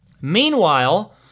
Meanwhile